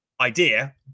idea